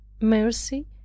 Mercy